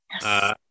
Yes